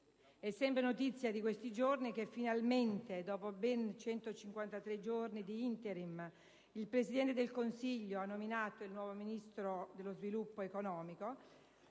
È sempre notizia di questi giorni che, finalmente, dopo ben 153 giorni di *interim*, il Presidente del Consiglio ha nominato il nuovo Ministro dello sviluppo economico.